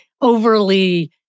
overly